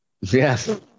Yes